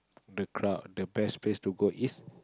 the crowd the best place to go is